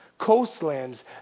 coastlands